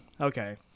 Okay